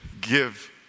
give